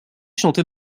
chanté